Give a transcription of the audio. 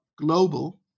global